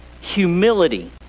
humility